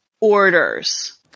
orders